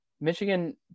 michigan